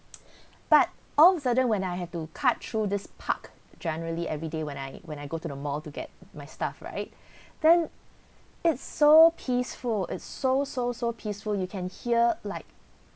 but all of sudden when I have to cut through this park generally everyday when I when I go to the mall to get my stuff right then it's so peaceful it's so so so peaceful you can hear like